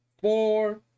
four